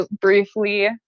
briefly